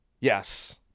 Yes